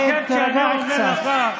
על כן אני אומר לך,